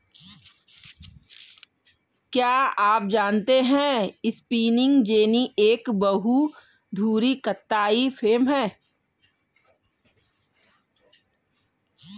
क्या आप जानते है स्पिंनिंग जेनि एक बहु धुरी कताई फ्रेम है?